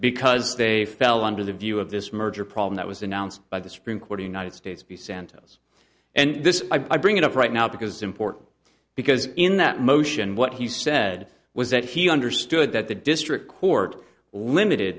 because they fell under the view of this merger problem that was announced by the supreme court united states be santo's and this i bring it up right now because important because in that motion what he said was that he understood that the district court limited